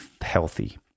healthy